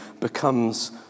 becomes